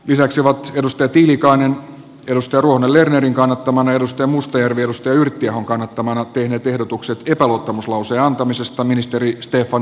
lisäksi vatkatusta tiilikainen risto ruohonen lernerin kannattaman edustan mustajärvi on tehty seuraavat ehdotukset epäluottamuslauseen antamisesta puolustusministeri stefan wallinille